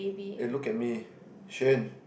eh look at me Xuan